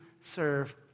serve